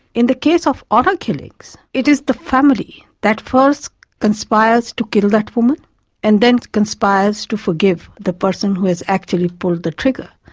in the case of honour killings it is the family that first conspires to kill that woman and then conspires to forgive the person who has actually pulled the trigger.